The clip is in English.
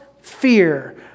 fear